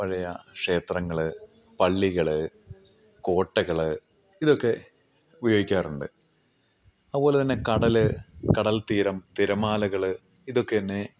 പഴയ ക്ഷേത്രങ്ങൾ പള്ളികൾ കോട്ടകൾ ഇതൊക്കെ ഉപയോഗിക്കാറുണ്ട് അതുപോലെതന്നെ കടൽ കടൽത്തീരം തിരമാലകൾ ഇതൊക്കെത്തന്നെ